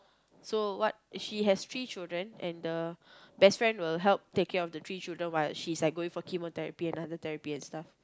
so what she has three children and the best friend will help take care of the three children while she's like going for chemotherapy and other therapy and stuff